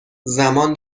زمان